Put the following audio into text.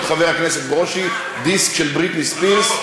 חבר הכנסת ברושי דיסק של בריטני ספירס,